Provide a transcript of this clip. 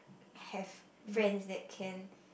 have friends that can